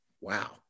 wow